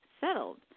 settled